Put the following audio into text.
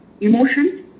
emotions